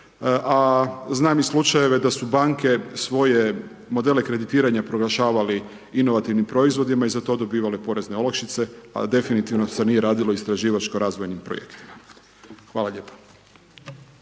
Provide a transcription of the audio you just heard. a znam i slučajeve da su banke svoje modele kreditiranja proglašavali inovativnim proizvodima i za to dobivale porezne olakšice, a definitivno se nije radilo istraživačko razvojni projekti. Hvala lijepa.